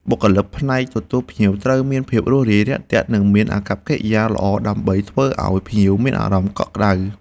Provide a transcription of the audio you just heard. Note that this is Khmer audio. បុគ្គលិកផ្នែកទទួលភ្ញៀវត្រូវមានភាពរួសរាយរាក់ទាក់ និងមានអាកប្បកិរិយាល្អដើម្បីធ្វើឱ្យភ្ញៀវមានអារម្មណ៍កក់ក្តៅ។